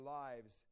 lives